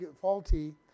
faulty